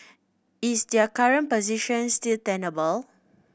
is their current position still tenable